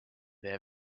their